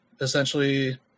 essentially